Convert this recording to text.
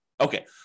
Okay